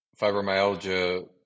fibromyalgia